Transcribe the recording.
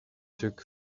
took